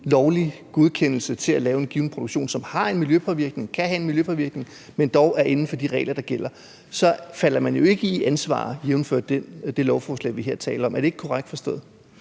lovlig godkendelse til at lave en given produktion, som har en miljøpåvirkning eller kan have en miljøpåvirkning, men dog er inden for de regler, der gælder, så er man jo ikke omfattet af ansvaret, jævnfør det lovforslag, vi her taler om. Er det ikke korrekt forstået?